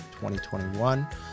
2021